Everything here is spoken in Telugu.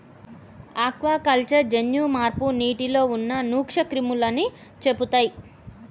ఆక్వాకల్చర్ జన్యు మార్పు నీటిలో ఉన్న నూక్ష్మ క్రిములని చెపుతయ్